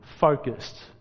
focused